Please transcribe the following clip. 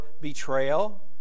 betrayal